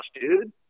dude